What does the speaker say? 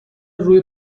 روی